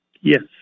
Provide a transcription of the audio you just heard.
Yes